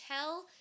tell